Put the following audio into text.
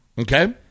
Okay